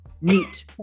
Neat